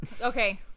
Okay